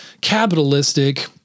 capitalistic